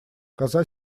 коза